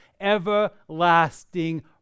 everlasting